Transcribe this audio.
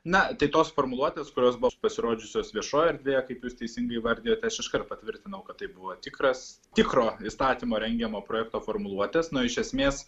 na tai tos formuluotes kurios bus pasirodžiusios viešoje erdvėje kaip jūs teisingai įvardijote aš iškart patvirtinau kad tai buvo tikras tikro įstatymo rengiamo projekto formuluotės iš esmės